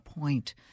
point